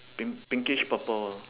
pink~ pinkish purple